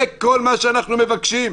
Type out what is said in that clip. זה כל מה שאנחנו מבקשים.